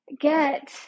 get